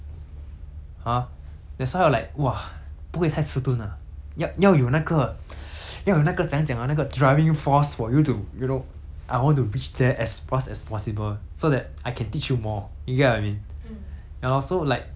不会太迟钝 ah 要要有那个要有那个怎样讲啊那个 driving force for you to you know I want to reach there as fast as possible so that I can teach you more you get what I mean ya lor so like that's the kind of personality I'm looking for I cannot have those like